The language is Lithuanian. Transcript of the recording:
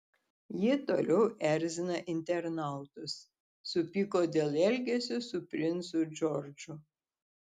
jie toliau erzina internautus supyko dėl elgesio su princu džordžu